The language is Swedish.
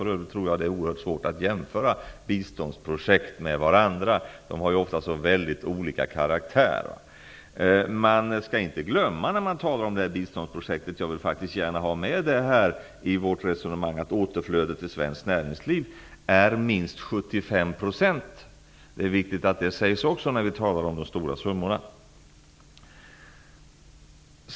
Jag tror för övrigt att det är oerhört svårt att jämföra biståndsprojekt med varandra. De har ofta mycket olika karaktär. Man skall dock när man talar om detta biståndsprojekt inte glömma, och jag vill ha med det här i vårt resonemang, att återflödet till svenskt näringsliv uppgår till minst 75 %. Det är viktigt att också det sägs när vi talar om de stora summorna.